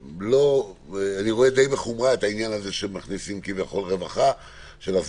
אני רואה די בחומרה שמכניסים כביכול רווחה ואומרים